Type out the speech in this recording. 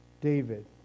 David